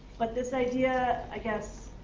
but this idea, i guess,